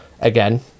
again